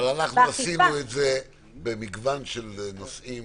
עשינו את זה במגוון של נושאים